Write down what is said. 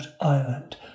island